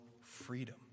freedom